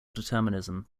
determinism